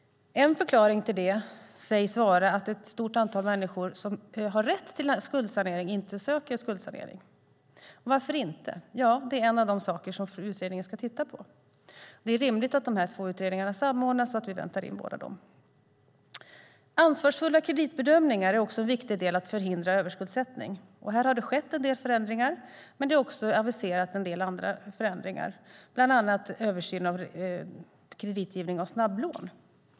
En förklaring till det sägs vara att ett stort antal människor som har rätt till skuldsanering inte söker skuldsanering. Varför inte? Det är en av de saker som utredningen ska titta på. Det är rimligt att de här två utredningarna samordnas och att vi väntar in dem båda. Ansvarsfulla kreditbedömningar är också en viktig del för att förhindra överskuldsättning. Här har det skett en del förändringar, men en del andra förändringar är också aviserade, bland annat en översyn av kreditgivning av snabblån.